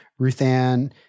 Ruthann